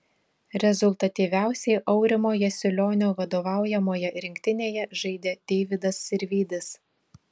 rezultatyviausiai aurimo jasilionio vadovaujamoje rinktinėje žaidė deividas sirvydis